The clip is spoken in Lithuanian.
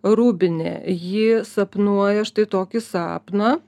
rubinė ji sapnuoja štai tokį sapną